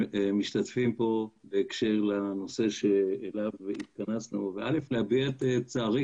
בהקשר לנושא לשמו התכנסנו וראשית להביע את צערי